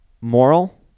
moral